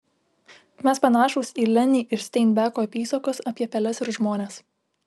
mes panašūs į lenį iš steinbeko apysakos apie peles ir žmones